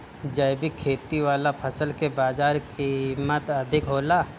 जैविक खेती वाला फसल के बाजार कीमत अधिक होला